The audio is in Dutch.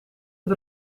het